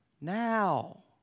now